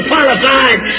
qualified